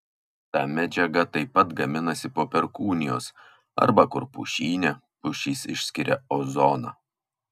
ta medžiaga taip pat gaminasi po perkūnijos arba kur pušyne pušys išskiria ozoną